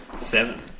Seven